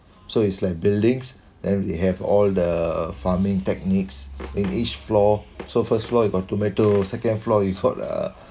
so it's like buildings and we have all the farming techniques in each floor so first floor you got tomato second floor you got uh